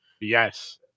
Yes